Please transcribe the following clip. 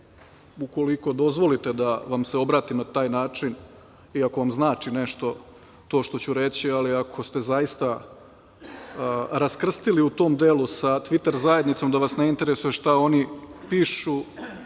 Ukoliko dozvolite da vam se obratim na taj način i ako vam znači nešto što ću reći, ali ako ste zaista raskrstili u tom delu sa tviter zajednicom da vas ne interesuje šta oni pišu